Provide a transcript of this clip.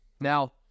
Now